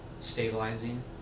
stabilizing